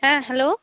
হ্যাঁ হ্যালো